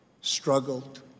struggled